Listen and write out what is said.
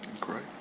great